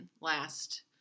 last